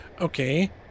Okay